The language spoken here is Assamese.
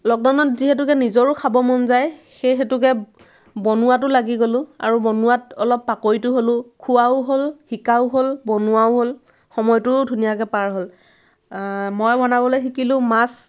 লকডাউনত যিহেতুকে নিজৰো খাব মন যায় সেই হেতুকে বনোৱাতো লাগি গ'লোঁ আৰু বনোৱাত অলপ পাকৈতো হ'লোঁ খোৱাও হ'ল শিকাও হ'ল বনোৱাও হ'ল সময়টোও ধুনীয়াকৈ পাৰ হ'ল মই বনাবলৈ শিকিলোঁ মাছ